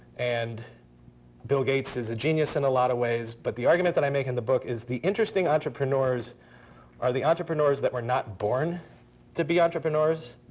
and bill gates is a genius in a lot of ways. but the argument that i make in the book is the interesting entrepreneurs are the entrepreneurs that were not born to be entrepreneurs.